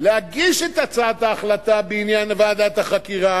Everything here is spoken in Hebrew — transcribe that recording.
להגיש את הצעת ההחלטה בעניין ועדת החקירה,